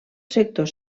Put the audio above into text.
sector